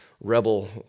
rebel